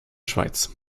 schweiz